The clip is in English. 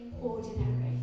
ordinary